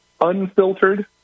unfiltered